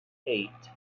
eight